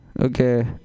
okay